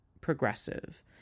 progressive